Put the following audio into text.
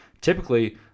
Typically